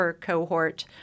cohort